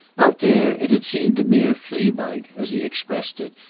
out there it had seemed a mere flea-bite, as he expressed it,